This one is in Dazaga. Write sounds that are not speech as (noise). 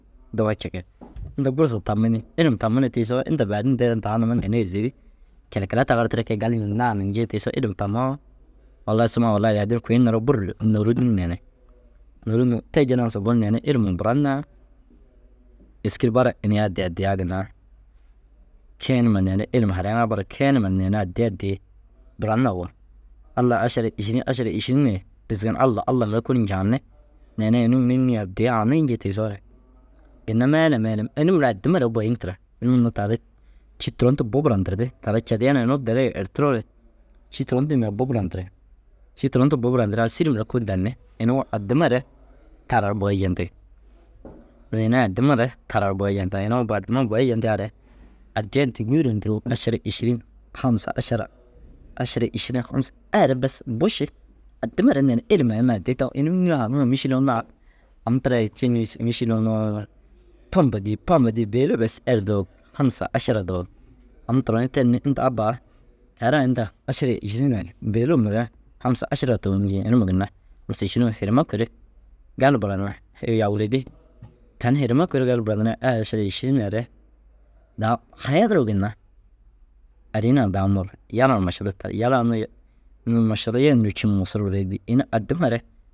Dowa cikii. Inta gursa tammi ni ilim tammi ni tiisoo inda baadin deere daa num ru ini ai îzeri kelekele tagartire kee galiñindu naanu njii tiisoo ilim tammoo wallai suma wallai yadir kui ru niroo buru nôrum ndiŋi neere. Nôrum ndin te jillan subuu neere ilim num buran na êski ru bara iniya addi addiyaa ginna cii numa neere ilim harayiŋaa bara kee numan neere addii addii buran na uwu. Allai ašara îširin ašara îširin ye gisim Alla Alla mire kôoli ncaanni. Neere inuu mire înni addii ananii njii tiisoore ginna meele meele ini mire addima re boyiŋ tira. Ini mire taara cî turon du bu burantirdi taara Cadiyanaa inuu dêri ertiroore cî turon di ina bu burandirig. Cî turon du bu burandirigaa sîri mire kôoli danni. Inuu addimare taara ru boyi jentigi. Mire ini ai addimare taara ru boyi jentig, inuu bu addimuu ru boyi jentigaare addii addii gûduro nduruu ašara îširin famsa ašara ašara êširin famsa aire bes bu ši. Addimare neere ilim ai me addii taŋo ini înni yoo na haŋima mîšil unnu (hesitation) am tirai erci ni mîšil unnu pompo dîi pompo dîi bêlo bes er doog. Hamsa ašara doog, am turonii ten ni « inta abba aa keeraa inta ašara îširin ai bêlo mire hamsa ašira towii njii ini ma mire mîšil hirime šûnu? Hirime kuri gali buran me? »« Hêyi yaa wûledi tani hirime kuri gali buranir ai ašara îšin aire daa haya nuruu ginna arii na daa muur yala na mašalla ta yala unnu (hesitation) unnu mašallaa yege nuruu cîma mosurub royi dîi. Ini addimare